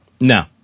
No